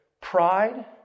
Pride